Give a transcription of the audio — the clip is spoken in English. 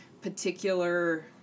particular